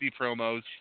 promos